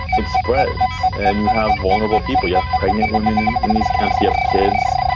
it spreads. and you have vulnerable people. you have pregnant women in in these camps. you have kids.